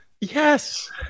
yes